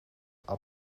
are